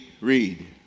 Read